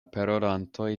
parolantoj